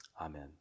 Amen